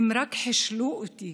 הם רק חישלו אותי